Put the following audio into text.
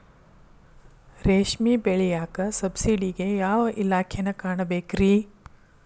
ರೇಷ್ಮಿ ಬೆಳಿಯಾಕ ಸಬ್ಸಿಡಿಗೆ ಯಾವ ಇಲಾಖೆನ ಕಾಣಬೇಕ್ರೇ?